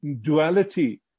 duality